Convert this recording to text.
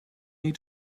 need